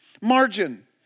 Margin